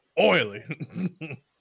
Oily